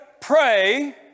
pray